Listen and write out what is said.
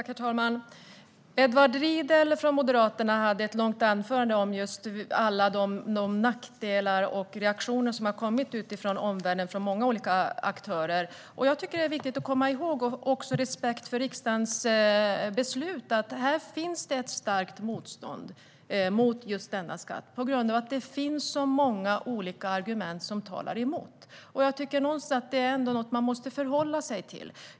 Herr talman! Edward Riedl från Moderaterna hade ett långt anförande just om alla de nackdelar och reaktioner som har kommit från omvärlden, från många olika aktörer. Jag tycker att det är viktigt att komma ihåg, och också ha respekt för riksdagens beslut, att det finns ett starkt motstånd mot just denna skatt på grund av att det finns så många olika argument som talar emot. Jag tycker ändå någonstans att det är något man måste förhålla sig till.